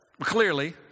clearly